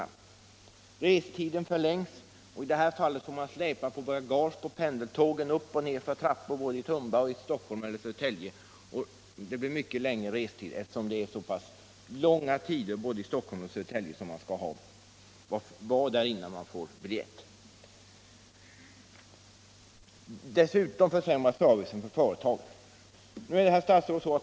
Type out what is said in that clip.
Indragningen medför i det här fallet att man får släpa på bagage upp och ned för trappor till och från pendeltågen både i Stockholm och i Södertälje och att restiden blir mycket längre, eftersom man både i Stockholm och i Södertälje måste vara vid stationen lång tid innan tåget går för att lösa biljett. Dessutom försämras servicen för företagen.